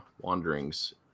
wanderings